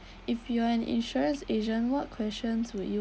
if you are an insurance agent what questions would you